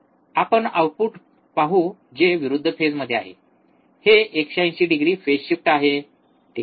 आपण आउटपुट पाहू जे विरुद्ध फेजमध्ये आहे हे 180 डिग्री फेज शिफ्ट आहे ठीक आहे